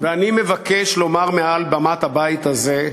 ואני מבקש לומר מעל במת הבית הזה: